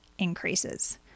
increases